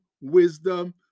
wisdom